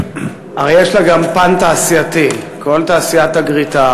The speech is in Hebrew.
הרי יש לה גם פן תעשייתי: כל תעשיית הגריטה